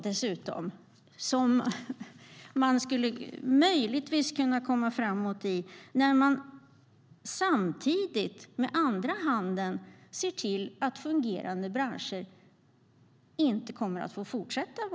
Hur ska man komma framåt när man samtidigt inte tänker låta fungerande branscher fortsätta?